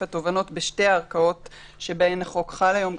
התובנות בשתי הערכאות שבהן החוק חל היום,